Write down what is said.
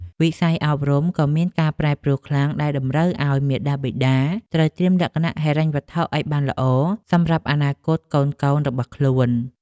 វិស័យអប់រំក៏មានការប្រែប្រួលខ្លាំងដែលតម្រូវឱ្យមាតាបិតាត្រូវត្រៀមលក្ខណៈហិរញ្ញវត្ថុឱ្យបានល្អសម្រាប់អនាគតកូនៗរបស់ខ្លួន។